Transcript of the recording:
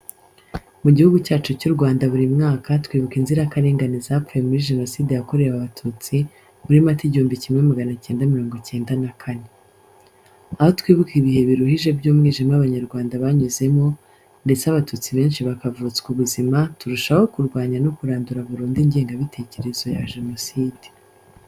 Mu gihugu cyacu cy'u Rwanda buri mwaka twibuka inzirakarengane zapfuye muri jenoside yakorewe abatutsi muri Mata 1994. Aho twibuka ibihe biruhije by'umwijima abanyarwanda banyuzemo ndetse abatutsi benshi bakavutswa ubuzima turushaho kurwanya no kurandura burundu ingengabitekerezo ya jenoside.